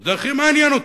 זה הכי מעניין אותי.